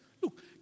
look